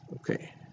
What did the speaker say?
Okay